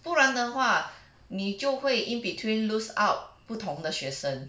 不然的话你就会 in between lose out 不同的学生